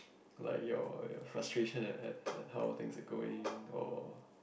like your your frustration at at at how things are going or